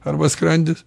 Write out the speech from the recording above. arba skrandis